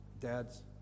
Dads